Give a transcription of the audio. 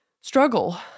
struggle